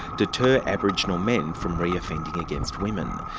deter aboriginal men from re-offending against women?